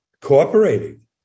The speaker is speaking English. cooperating